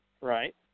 Right